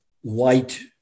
white